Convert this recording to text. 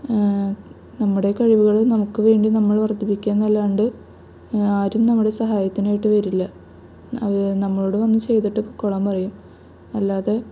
നമ്മുടെ കഴിവുകൾ നമുക്ക് വേണ്ടി നമ്മൾ വർദ്ധിപ്പിക്കുക എന്നല്ലാണ്ട് ആരും നമ്മുടെ സഹായത്തിനായിട്ട് വരില്ല അത് നമ്മളോട് വന്ന് ചെയ്തിട്ട് പോയിക്കോളാൻ പറയും അല്ലാതെ